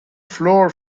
floor